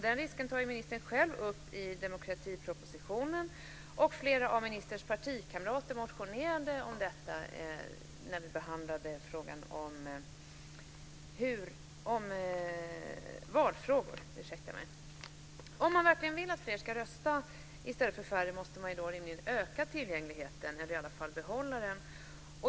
Den risken nämner ministern själv i demokratipropositionen, och flera av ministerns partikamrater motionerade om detta i samband med behandlingen av valfrågor. Om man verkligen vill att fler, inte färre, ska rösta måste man rimligen öka tillgängligheten - eller i varje fall behålla den.